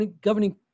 governing